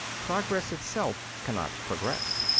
progress itself cannot progress.